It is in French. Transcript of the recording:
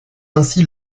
ainsi